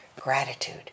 Gratitude